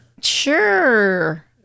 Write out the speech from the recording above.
Sure